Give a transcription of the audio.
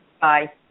Bye